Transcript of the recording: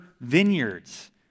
vineyards